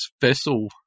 vessel